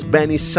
Benny